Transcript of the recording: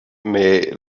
may